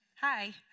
Hi